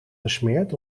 gesmeerd